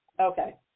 Okay